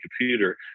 computer